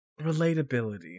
relatability